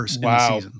Wow